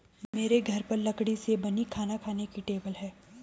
मेरे घर पर लकड़ी से बनी खाना खाने की टेबल है